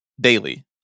daily